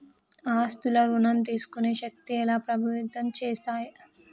ఆస్తుల ఋణం తీసుకునే శక్తి ఎలా ప్రభావితం చేస్తాయి?